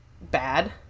bad